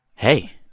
hey,